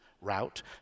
route